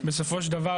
בסופו של דבר,